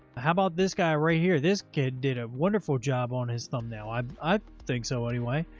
how about this guy right here? this kid did a wonderful job on his thumbnail. i um i think so anyway.